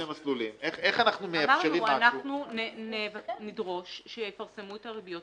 איך אנחנו מאפשרים משהו --- אמרנו אנחנו נדרוש שיפרסמו את הריביות.